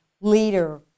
leader